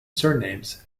surnames